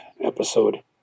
episode